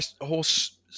horse